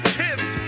kids